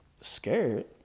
Scared